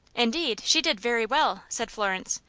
indeed, she did very well, said florence.